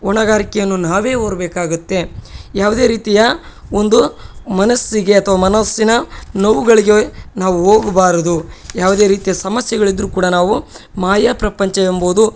ಹೊಣೆಗಾರಿಕೆಯನ್ನು ನಾವೇ ಹೊರ್ಬೇಕಾಗುತ್ತೆ ಯಾವುದೇ ರೀತಿಯ ಒಂದು ಮನಸ್ಸಿಗೆ ಅಥ್ವ ಮನಸ್ಸಿನ ನೋವುಗಳಿಗೆ ನಾವು ಹೋಗಬಾರ್ದು ಯಾವುದೇ ರೀತಿಯ ಸಮಸ್ಯೆಗಳಿದ್ರು ಕೂಡ ನಾವು ಮಾಯಾ ಪ್ರಪಂಚ ಎಂಬುದು